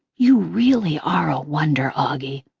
you really are a wonder, auggie.